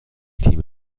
تیم